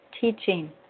teaching